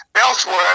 elsewhere